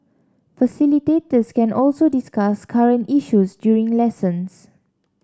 facilitators can also discuss current issues during lessons